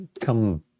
come